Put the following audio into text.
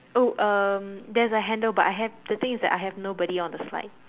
oh um there's a handle but I have the thing is that I have nobody on the slide